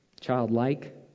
Childlike